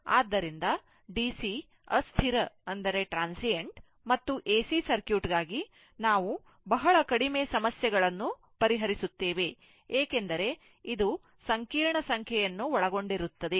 ಆದ್ದರಿಂದ ಡಿಸಿ ಅಸ್ಥಿರ ಮತ್ತು ಎಸಿ ಸರ್ಕ್ಯೂಟ್ಗಾಗಿ ನಾವು ಬಹಳ ಕಡಿಮೆ ಸಮಸ್ಯೆಗಳನ್ನು ಪರಿಹರಿಸುತ್ತೇವೆ ಏಕೆಂದರೆ ಇದು ಸಂಕೀರ್ಣ ಸಂಖ್ಯೆಯನ್ನು ಒಳಗೊಂಡಿರುತ್ತದೆ